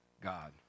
God